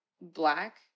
black